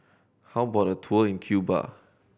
how about a tour in Cuba